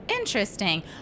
Interesting